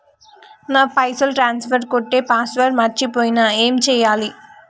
నా పైసల్ ట్రాన్స్ఫర్ కొట్టే పాస్వర్డ్ మర్చిపోయిన ఏం చేయాలి?